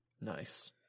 Nice